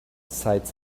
sighed